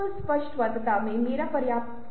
यह पहली गतिविधि है जो मैं आपको सुझाऊंगा